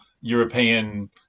European